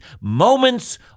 moments